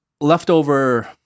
leftover